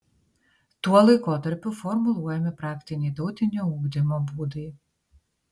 tuo laikotarpiu formuluojami praktiniai tautinio ugdymo būdai